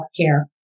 Healthcare